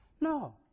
no